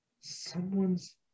Someone's